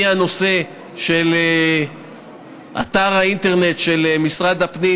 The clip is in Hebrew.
מהנושא של אתר האינטרנט של משרד הפנים,